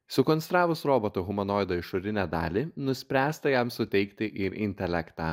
sukonstravus roboto humanoido išorinę dalį nuspręsta jam suteikti ir intelektą